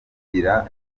bigira